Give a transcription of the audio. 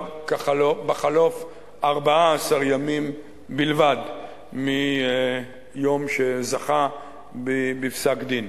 בחלוף 14 ימים בלבד מיום שזכה בפסק-דין.